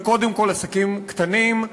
וקודם כול עסקים קטנים,